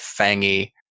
fangy